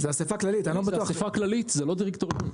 זה אסיפה כללית, זה לא דירקטוריון.